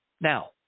Now